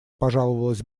пожаловалась